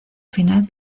final